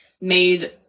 made